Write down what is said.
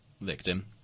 victim